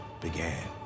began